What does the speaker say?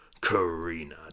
Karina